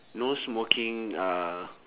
no smoking uh